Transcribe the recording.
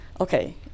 okay